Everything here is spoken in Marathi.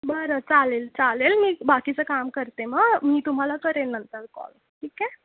बरं चालेल चालेल मी बाकीचं काम करते मग मी तुम्हाला करेन नंतर कॉल ठीक आहे